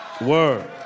Word